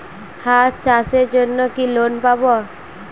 হাঁস চাষের জন্য কি লোন পাব?